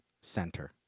center